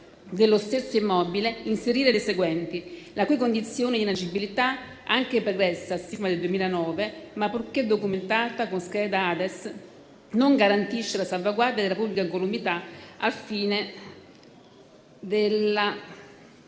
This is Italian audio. "dello stesso immobile" inserire le seguenti: "la cui condizione di inagibilità, anche pregressa al sisma del 2009, ma purché documentata con scheda AeDES, non garantisce la salvaguardia della pubblica incolumità al fine della